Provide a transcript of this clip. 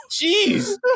Jeez